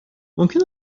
ممکن